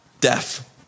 Deaf